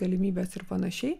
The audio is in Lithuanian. galimybes ir panašiai